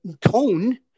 tone